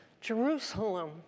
Jerusalem